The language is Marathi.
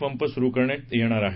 पंप सुरु करण्यात येणार आहे